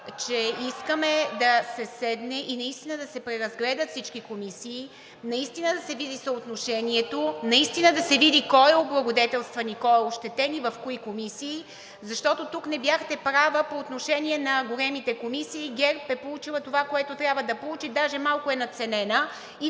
че искаме да се седне и наистина да се преразгледат всички комисии (оживление,) наистина да се види съотношението, наистина да се види кой е облагодетелстван и кой е ощетен и в кои комисии. Защото тук не бяхте права – по отношение на големите комисии, ГЕРБ е получила това, което трябва да получи, даже малко е надценена.